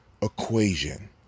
equation